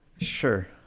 sure